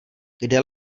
kde